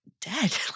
dead